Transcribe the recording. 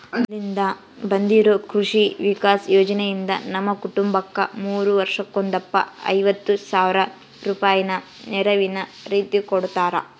ಮೊದ್ಲಿಂದ ಬಂದಿರೊ ಕೃಷಿ ವಿಕಾಸ ಯೋಜನೆಯಿಂದ ನಮ್ಮ ಕುಟುಂಬಕ್ಕ ಮೂರು ವರ್ಷಕ್ಕೊಂದಪ್ಪ ಐವತ್ ಸಾವ್ರ ರೂಪಾಯಿನ ನೆರವಿನ ರೀತಿಕೊಡುತ್ತಾರ